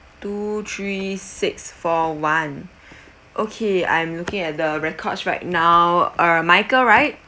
two three six four one okay I'm looking at the records right now err michael right